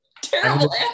Terrible